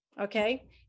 okay